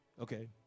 Okay